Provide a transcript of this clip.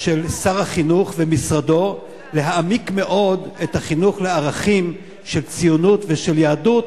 של שר החינוך ומשרדו להעמיק מאוד את החינוך לערכים של ציונות ושל יהדות,